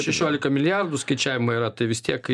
šešiolika milijardų skaičiavimų yra tai vis tiek